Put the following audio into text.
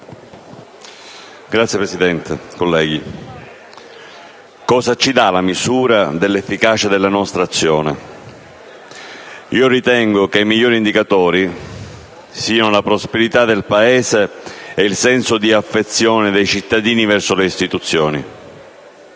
Signor Presidente, colleghi, cosa ci dà la misura dell'efficacia della nostra azione? Ritengo che i migliori indicatori siano la prosperità del Paese e il senso di affezione dei cittadini verso le istituzioni.